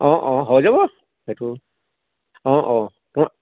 অ অ হৈ যাব সেইটো অ অ